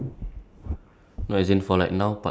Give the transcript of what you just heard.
what other jobs are you looking at